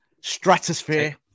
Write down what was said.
Stratosphere